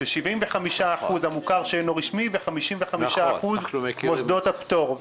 75% המוכר שאינו רשמי ו-55% מוסדות הפטור.